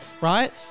Right